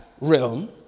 realm